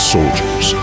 Soldiers